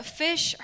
fish